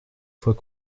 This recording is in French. fois